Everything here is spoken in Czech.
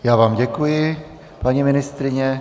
Já vám děkuji, paní ministryně.